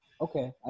Okay